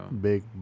big